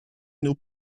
nos